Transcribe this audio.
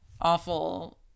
awful